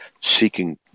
seeking